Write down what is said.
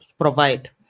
provide